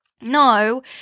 no